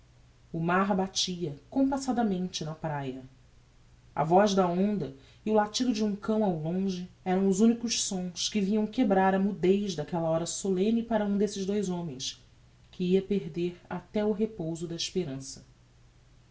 o mar batia compassadamente na praia a voz da onda e o latido de um cão ao longe eram os unicos sons que vinham quebrar a mudez daquella hora solemne para um desses dous homens que ia perder até o repouso da esperança